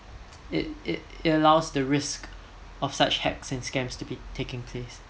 it it it allows the risk of such hacks and scams to be taking place